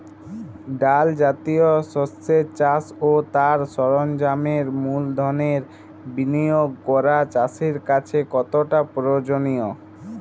ডাল জাতীয় শস্যের চাষ ও তার সরঞ্জামের মূলধনের বিনিয়োগ করা চাষীর কাছে কতটা প্রয়োজনীয়?